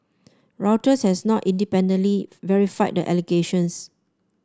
Reuters has not independently verified the allegations